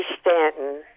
Stanton